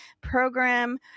program